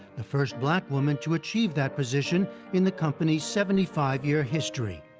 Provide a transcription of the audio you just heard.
the first black woman to achieve that position in the company's seventy five year history.